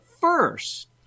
first